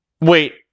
Wait